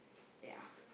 ya